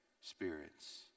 spirits